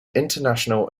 international